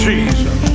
Jesus